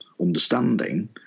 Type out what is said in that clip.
understanding